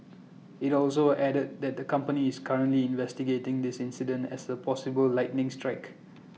IT also added that the company is currently investigating this incident as A possible lightning strike